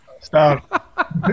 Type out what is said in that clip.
Stop